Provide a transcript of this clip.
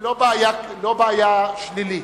לא בעיה שלילית.